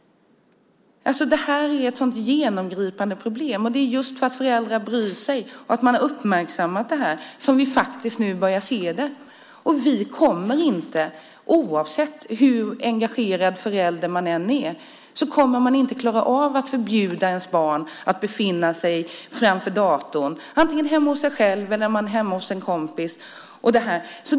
Det här är ett genomgripande problem. Det är just därför att föräldrarna bryr sig och har uppmärksammat detta som vi nu börjar se det. Oavsett hur engagerad förälder man än är, kommer man inte att klara av att förbjuda sitt barn att befinna sig framför datorn antingen hemma hos sig själv eller hemma hos en kompis.